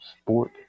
sport